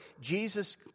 Jesus